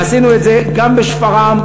ועשינו את זה גם בשפרעם,